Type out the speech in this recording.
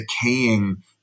decaying